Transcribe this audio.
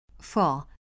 Four